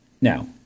Now